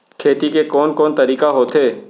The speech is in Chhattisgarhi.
खेती के कोन कोन तरीका होथे?